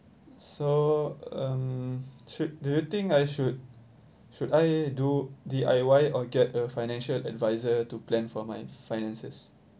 so um should do you think I should should I do D_I_Y or get a financial advisor to plan for my finances